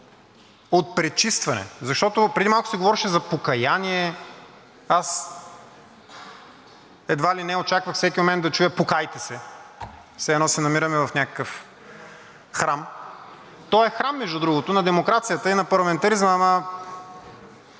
от пречистване, защото преди малко се говореше за покаяние. Аз едва ли не очаквах всеки момент да чуя „покайте се!“, все едно се намираме в някакъв храм. То е храм, между другото, на демокрацията и на парламентаризма, но